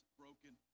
broken